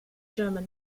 german